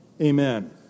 Amen